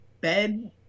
bed